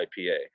IPA